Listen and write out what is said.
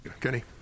Kenny